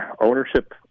ownership